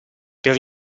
per